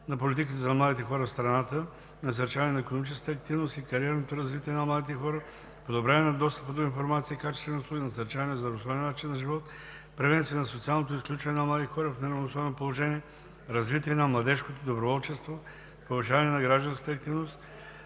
на политиката за младите хора в страната, насърчаване на икономическата активност и кариерното развитие на младите хора, подобряване на достъпа до информация и качествени услуги, насърчаване на здравословния начин на живот, превенция на социалното изключване на млади хора в неравностойно положение, развитие на младежкото доброволчество, повишаване на гражданската активност,